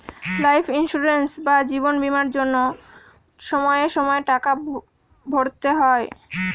life insurance বা জীবন বীমার জন্য সময়ে সময়ে টাকা ভরতে হয়